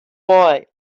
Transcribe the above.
why